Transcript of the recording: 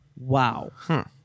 Wow